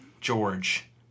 George